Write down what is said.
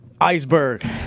Iceberg